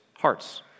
hearts